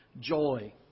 joy